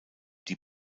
die